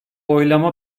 oylama